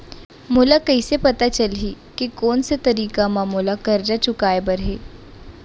मोला कइसे पता चलही के कोन से तारीक म मोला करजा चुकोय बर हे?